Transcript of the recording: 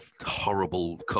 horrible